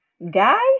Guy